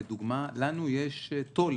לדוגמה: לנו יש תו”ל